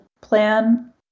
plan